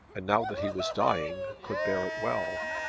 and now that he was dying could bear it well.